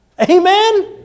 Amen